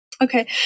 Okay